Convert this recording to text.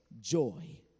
joy